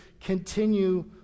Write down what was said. continue